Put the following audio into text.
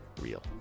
real